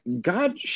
God